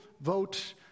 vote